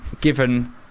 given